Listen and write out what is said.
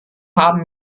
haben